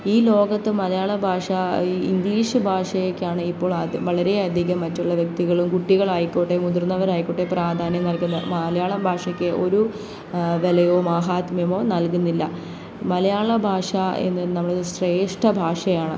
ഈ ലോകത്ത് മലയാളഭാഷ ഈ ഇംഗ്ലീഷ് ഭാഷയൊക്കെയാണ് ഇപ്പോൾ അത് വളരെയധികം മറ്റുള്ള വ്യക്തികളും കുട്ടികളായിക്കോട്ടെ മുതിർന്നവരായിക്കോട്ടെ പ്രാധാന്യം നൽകുന്ന മലയാളം ഭാഷക്ക് ഒരു വിലയോ മാഹാത്മ്യമോ നൽകുന്നില്ല മലയാള ഭാഷ എന്ന് നമ്മുടെ ശ്രേഷ്ഠ ഭാഷയാണ്